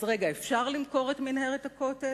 אז רגע, אפשר למכור את מנהרת הכותל?